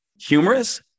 humorous